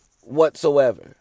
whatsoever